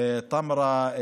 טמרה,